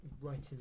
writing